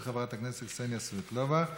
של חברת הכנסת קסניה סבטלובה,